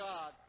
God